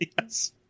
yes